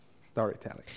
Storytelling